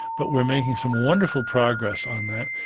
but we're making some wonderful progress on that.